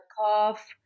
cough